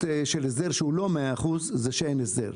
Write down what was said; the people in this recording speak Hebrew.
של זה שהוא לא 100% היא שאין הסדר.